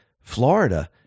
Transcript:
Florida